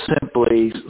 simply